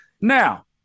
Now